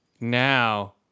Now